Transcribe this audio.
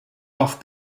off